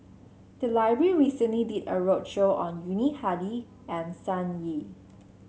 the library recently did a roadshow on Yuni Hadi and Sun Yee